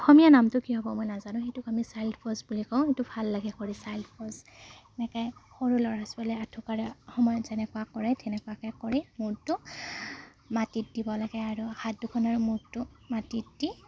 অসমীয়া নামটো কি হ'ব মই নাজানোঁ সেইটোক আমি পজ বুলি কওঁ সেইটো ভাল লাগে কৰি পজ এনেকৈ সৰু ল'ৰা ছোৱালীয়ে আঁঠুকৰাৰ সময়ত যেনেকুৱা কৰে তেনেকুৱাকৈ কৰি মূৰটো মাটিত দিব লাগে আৰু হাত দুখনৰ মূৰটো মাটিত দি